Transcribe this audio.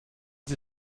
sie